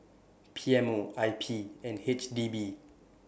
P M O I P and H D B